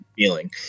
feeling